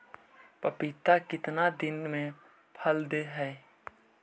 पपीता कितना दिन मे फल दे हय?